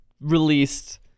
released